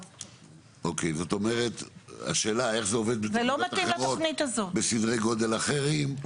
אוקי זאת אומרת השאלה איך זה עובד בסדרי גודל אחרים,